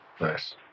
Nice